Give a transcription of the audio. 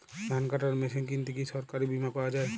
ধান কাটার মেশিন কিনতে কি সরকারী বিমা পাওয়া যায়?